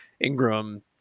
Ingram